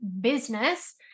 business